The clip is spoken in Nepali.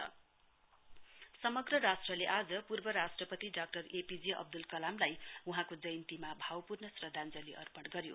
कलाम बर्यडे समग्र राष्ट्रले आज पूर्व राष्ट्रपति डाक्टर एपीजे अब्दुल कलामलाई वहाँको जयन्तीमा भावपूर्ण श्रध्याञ्जलि अर्पण गर्यो